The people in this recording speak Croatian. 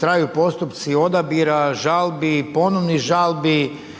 traju postupci odabira, žalbi, ponovnih žalbi